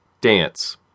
Dance